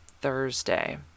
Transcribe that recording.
Thursday